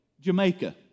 Jamaica